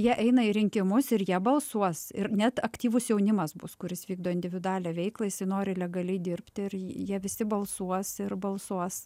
jie eina į rinkimus ir jie balsuos ir net aktyvus jaunimas bus kuris vykdo individualią veiklą jisai nori legaliai dirbt ir jie visi balsuos ir balsuos